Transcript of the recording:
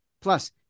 Plus